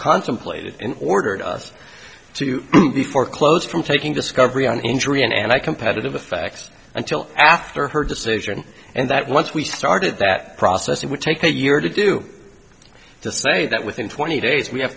contemplated and ordered us to be foreclosed from taking discovery on injury and i competitive the facts until after her decision and that once we started that process it would take a year to do to say that within twenty days we have